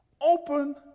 Open